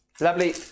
Lovely